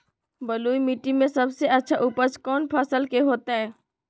बलुई मिट्टी में सबसे अच्छा उपज कौन फसल के होतय?